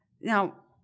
Now